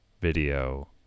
video